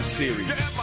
series